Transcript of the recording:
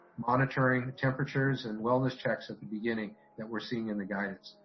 monitoring temperatures and wellness checks at the beginning that we're seeing in the guidance?